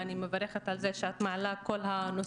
ואני מברכת על זה שאת מעלה את כל הנושאים